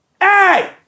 Hey